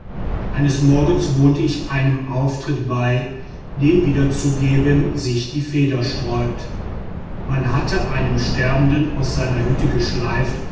eines morgens wohnte ich einem auftritt bei den wiederzugeben sich die feder sträubt man hatte einen sterbenden aus seiner hütte geschleift